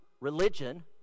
religion